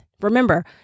Remember